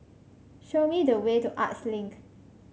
show me the way to Arts Link